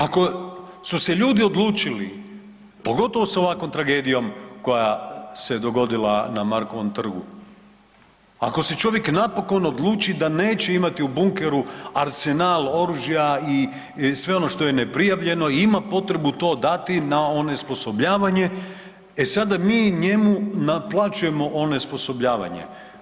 Ako su se ljudi odlučili, pogotovo sa ovakvom tragedijom koja se dogodila na Markovom trgu, ako se čovjek napokon odluči da neće imati u bunkeru arsenal oružja i sve ono što je neprijavljeno i ima potrebu to dati na onesposobljavanje, e sada mi njemu naplaćujemo onesposobljavanje.